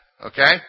Okay